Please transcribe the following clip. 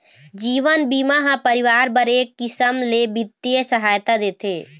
जीवन बीमा ह परिवार बर एक किसम ले बित्तीय सहायता देथे